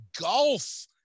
golf